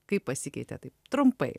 kaip pasikeitė taip trumpai